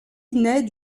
naît